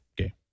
Okay